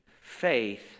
faith